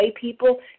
people